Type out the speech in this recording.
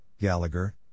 Gallagher